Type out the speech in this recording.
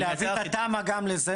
להביא את התמ"א גם לזה.